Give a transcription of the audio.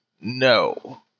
no